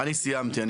אני סיימתי.